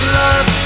love